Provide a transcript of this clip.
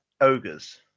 ogres